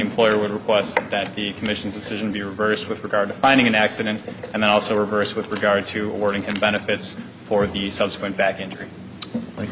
employer would request that the commission's decision be reversed with regard to finding an accident and then also reversed with regard to the wording and benefits for the subsequent back injury